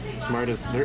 smartest